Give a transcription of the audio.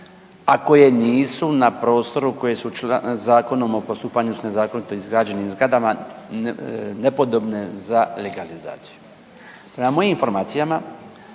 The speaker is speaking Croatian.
a koje nisu na prostoru koje su Zakonom o postupanju s nezakonito izgrađenim zgradama nepodobne za legalizaciju. Prema mojim informacijama